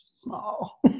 small